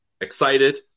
excited